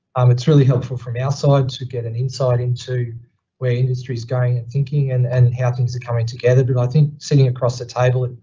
um, it's really helpful from our side to get an insight into where industry is going and thinking and and how things are coming together. but i think sitting across the table,